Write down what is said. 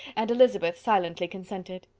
and elizabeth silently consented.